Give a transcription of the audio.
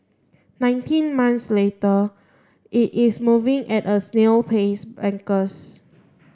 nineteen months later it is moving at a snail pace bankers